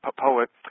poet